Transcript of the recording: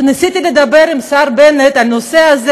כשניסיתי לדבר עם השר בנט בנושא הזה,